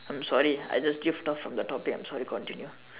I'm sorry I just drift off from the topic I'm sorry continue